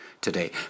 today